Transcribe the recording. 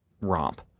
romp